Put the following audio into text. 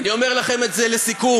אני אומר לכם את זה לסיכום: